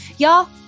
Y'all